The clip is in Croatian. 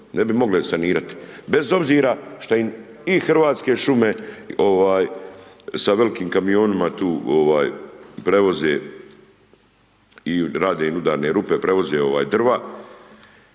ne bi mogli sanirati, bez obzira šta im i Hrvatske šume sa velikim kamionima tu prevoze i rade im udarne rupe, preuzeo drva,